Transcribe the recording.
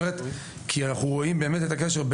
כי אנחנו רואים באמת את הקשר,